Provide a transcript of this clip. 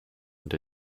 and